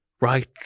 Right